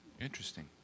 Interesting